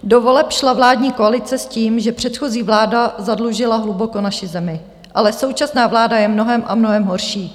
Do voleb šla vládní koalice s tím, že předchozí vláda zadlužila hluboko naši zemi, ale současná vláda je mnohem a mnohem horší.